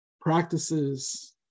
practices